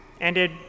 ended